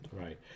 right